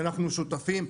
אנחנו שותפים.